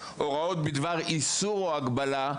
הוראות בדבר איסור או הגבלה,